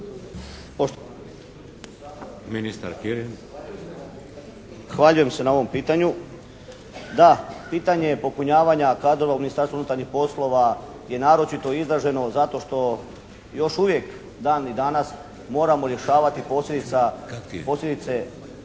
Zahvaljujem se na ovom pitanju. Da, pitanje popunjavanja kadrova Ministarstva unutarnjih poslova je naročito izraženo zato što još uvijek dan i danas moramo rješavati posljedice